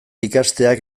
ikasteak